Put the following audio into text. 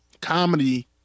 comedy